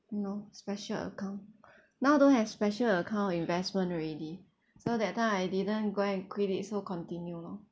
no special account now don't have special account investment already so that time I didn't go and quit it so continue lor